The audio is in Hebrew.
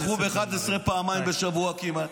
ב-10:00 והלכו ב-11:00 פעמיים בשבוע כמעט.